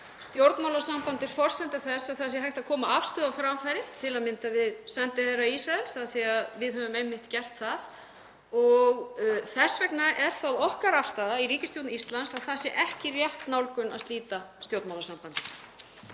Stjórnmálasamband er forsenda þess að það sé hægt að koma afstöðu á framfæri, til að mynda við sendiherra Ísraels, af því að við höfum einmitt gert það. Þess vegna er það okkar afstaða í ríkisstjórn Íslands að það sé ekki rétt nálgun að slíta stjórnmálasambandi.